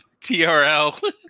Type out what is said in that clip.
TRL